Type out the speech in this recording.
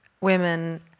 women